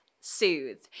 Soothe